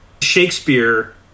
Shakespeare